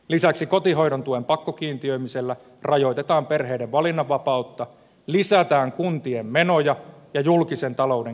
lisäksi kotihoidon tuen pakkokiintiöimisellä rajoitetaan perheiden valinnanvapautta lisätään kuntien menoja ja julkisen talouden kestävyysvaje syvenee